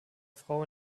frau